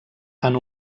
han